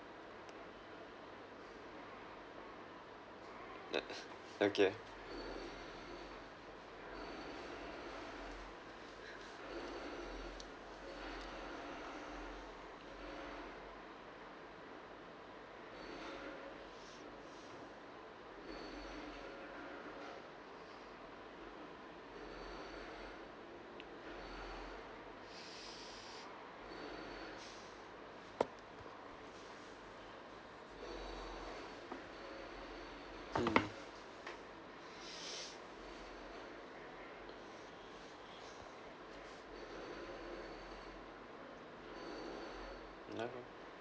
uh okay mm